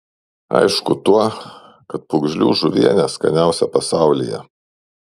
aišku tuo kad pūgžlių žuvienė skaniausia pasaulyje